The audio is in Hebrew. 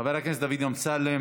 חבר הכנסת דוד אמסלם,